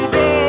go